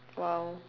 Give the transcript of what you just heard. !wow!